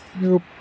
Nope